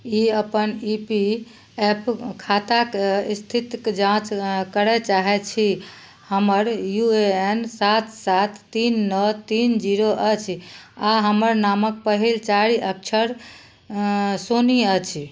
ई अपन E P F खाताक स्थितिक जाँच करय चाहैत छी हमर यू ए एन सात सात तीन नओ तीन जीरो अछि आ हमर नामक पहिल चारि अक्षर सोनी अछि